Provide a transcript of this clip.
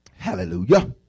Hallelujah